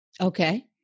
Okay